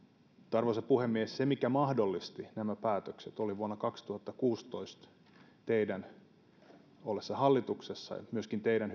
arvoisa puhemies se mikä mahdollisti nämä päätökset oli vuonna kaksituhattakuusitoista kokoomuksen ollessa hallituksessa eli myöskin teidän